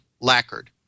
lacquered